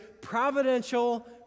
providential